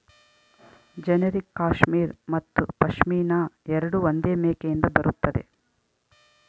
generic cashmere ಮತ್ತು ಪಶ್ಮಿನಾ ಎರಡೂ ಒಂದೇ ಮೇಕೆಯಿಂದ ಬರುತ್ತದೆ